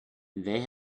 they